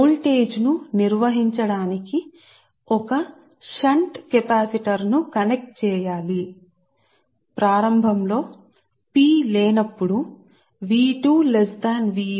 దీని కోసం నేను ఇక్కడ ఒక షంట్ కెపాసిటర్ను కనెక్ట్ చేయాలి ఇది Qc ij Qc అని ఇంజెక్ట్ చేస్తుంది ఇది మీరు ఇక్కడ రియాక్టివ్ పవర్ అని పిలిచే దాన్ని ఇంజెక్ట్ చేస్తుంది సరే